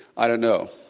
i don't know.